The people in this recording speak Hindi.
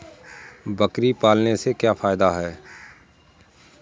बकरी पालने से क्या फायदा है?